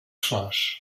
flors